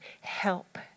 help